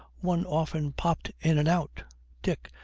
one often popped in and out dick,